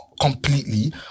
completely